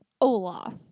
Olaf